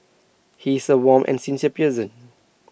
he is A warm and sincere person